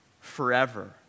forever